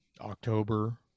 October